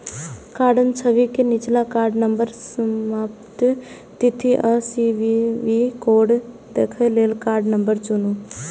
कार्डक छवि के निच्चा कार्ड नंबर, समाप्ति तिथि आ सी.वी.वी कोड देखै लेल कार्ड नंबर चुनू